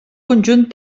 conjunt